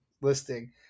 listing